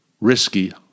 risky